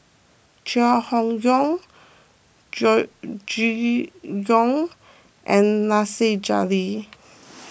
Chai Hon Yoong Yong and Nasir Jalil